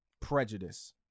prejudice